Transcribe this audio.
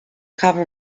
cover